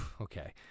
Okay